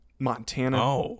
Montana